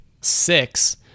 six